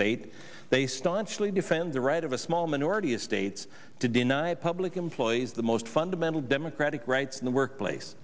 on chely defend the right of a small minority of states to deny public employees the most fundamental democratic rights in the workplace